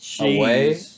away